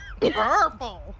Purple